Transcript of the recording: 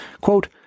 Quote